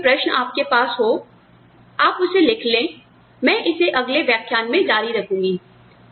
कृपया कोई प्रश्न आपके पास हो आप उसे लिख ले मैं इसे अगले व्याख्यान में जारी रखूंगी